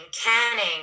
canning